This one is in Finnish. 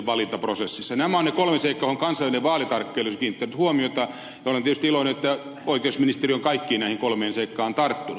nämä ovat ne kolme seikkaa joihin kansainvälinen vaalitarkkailija olisi kiinnittänyt huomiota ja olen tietysti iloinen että oikeusministeriö on kaikkiin näihin kolmeen seikkaan tarttunut